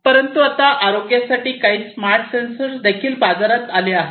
परंतु आता आरोग्यासाठी काही स्मार्ट सेन्सर देखील बाजारात आले आहेत